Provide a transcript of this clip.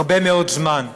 הרבה מאוד זמן.